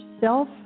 self